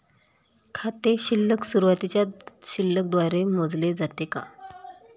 खाते शिल्लक सुरुवातीच्या शिल्लक द्वारे मोजले जाते का?